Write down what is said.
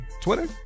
Twitter